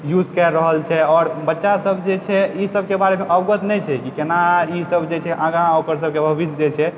use कै रहल छै आओर बच्चा सब जे छै इ सबके वारे मे अवगत नहि छै की एना ई सब जे छै आगाँ ओकर सबके भविष्य जे छै